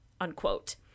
unquote